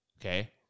Okay